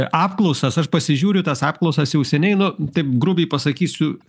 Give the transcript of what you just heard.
apklausas aš pasižiūriu į tas apklausas jau seniai nu taip grubiai pasakysiu